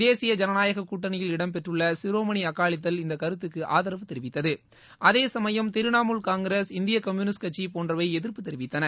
தேசிய ஜனநாயக கூட்டணியில் இடம் பெற்றுள்ள சிரோமனி அகாலி தள் இந்த கருத்துக்கு ஆதூவு தெரிவித்தது அதே சமயம் திரிணமூல் காங்கிரஸ் இந்திய கம்பூனிஸ்ட் கட்சி போன்றவை எதிா்ப்பு தெரிவித்தன